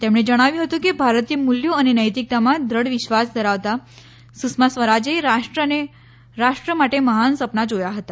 તેમણે જણાવ્યું હતું કે ભારતીય મૂલ્યો અને નૈતિકતામાં દૃઢ વિશ્વાસ ધરાવતા સુષ્મા સ્વરાજે રાષ્ટ્ર્ય માટે મહાન સપના જોયા હતા